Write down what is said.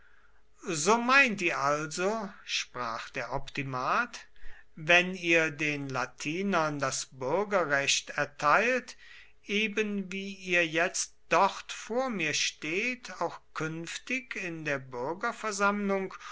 so meint ihr also sprach der optimat wenn ihr den latinern das bürgerrecht erteilt eben wie ihr jetzt dort vor mir steht auch künftig in der bürgerversammlung